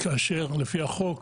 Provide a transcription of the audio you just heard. כאשר לפי החוק